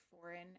foreign